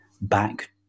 back